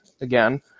again